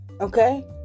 Okay